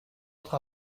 votre